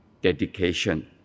dedication